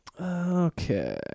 Okay